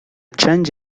change